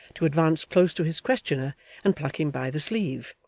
to advance close to his questioner and pluck him by the sleeve,